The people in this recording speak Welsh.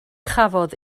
chafodd